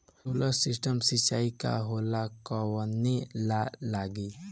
Solar system सिचाई का होला कवने ला लागी?